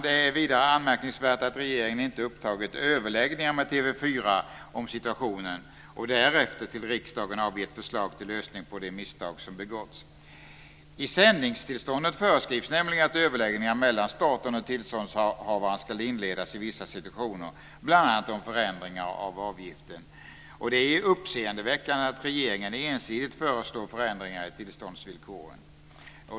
Det är vidare anmärkningsvärt att regeringen inte har upptagit överläggningar med TV 4 om situationen och därefter till riksdagen avgett förslag till lösning när det gäller de misstag som begåtts. I sändningstillståndet föreskrivs nämligen att överläggningar mellan staten och tillståndshavaren ska inledas i vissa situationer, bl.a. om förändringar av avgiften. Det är uppseendeväckande att regeringen ensidigt föreslår förändringar i tillståndsvillkoren.